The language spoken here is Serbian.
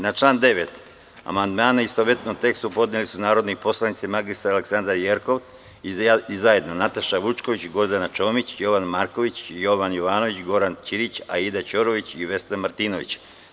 Na član 9. amandmane, u istovetnom tekstu, podneli su narodni poslanici mr Aleksandra Jerkov i zajedno Nataša Vučković, Gordana Čomić, Jovan Marković, Jovan Jovanović, Goran Ćirić, Aida Ćorović i Vesna Martinović.